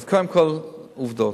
אז קודם כול, עובדות.